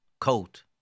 coat